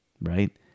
right